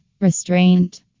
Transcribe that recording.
Restraint